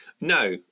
No